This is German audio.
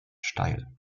steil